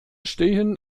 stehen